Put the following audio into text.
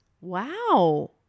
Wow